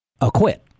acquit